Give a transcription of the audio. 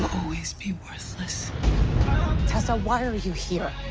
always be worthless tessa why are you here